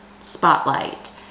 spotlight